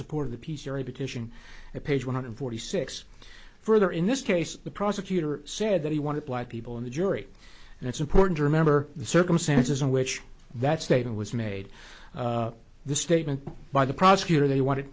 support of the peace area because in page one hundred forty six further in this case the prosecutor said that he wanted black people in the jury and it's important to remember the circumstances in which that statement was made the statement by the prosecutor they wanted